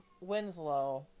Winslow